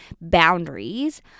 boundaries